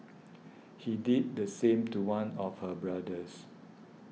he did the same to one of her brothers